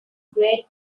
great